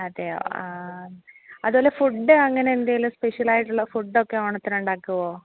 അതെയോ ആ അതുപോലെ ഫുഡ് അങ്ങനെ എന്തെങ്കിലും സ്പെഷ്യൽ ആയിട്ടുള്ള ഫുഡ് ഒക്കെ ഓണത്തിന് ഉണ്ടാക്കുമോ